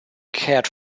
cared